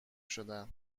شدن